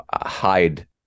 hide